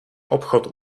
obchod